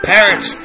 Parents